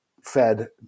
fed